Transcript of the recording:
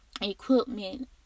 equipment